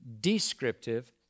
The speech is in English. descriptive